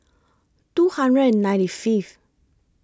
two hundred and ninety Fifth